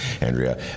andrea